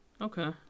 Okay